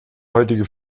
heutige